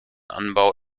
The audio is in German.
anbau